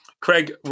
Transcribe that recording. Craig